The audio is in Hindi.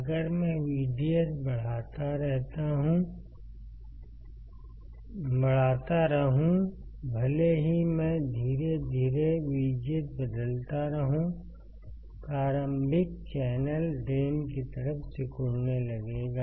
अगर मैं VDS बढ़ाता रहूं भले ही मैं धीरे धीरे VGS बदलता रहूं प्रारंभिक चैनल ड्रेन की तरफ सिकुड़ने लगेगा